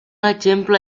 exemple